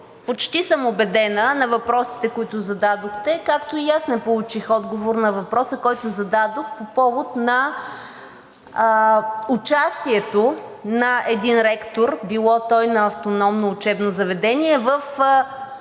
почти съм убедена, на въпросите, които зададохте, както и аз не получих отговор на въпроса, който зададох по повод на участието на един ректор, било той на автономно учебно заведение, в